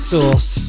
Sauce